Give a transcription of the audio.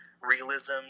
realism